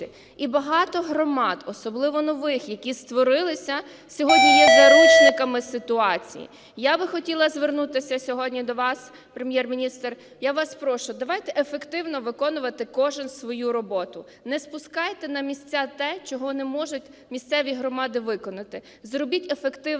І багато громад, особливо нових, які створилися, сьогодні є заручниками ситуації. Я би хотіла звернутися сьогодні до вас, Прем'єр-міністр, я вас прошу давайте ефективно виконувати кожен свою роботу. Не спускайте на місця те, чого не можуть місцеві громади виконати. Зробіть ефективну